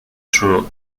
through